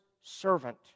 servant